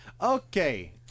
Okay